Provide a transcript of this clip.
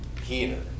heater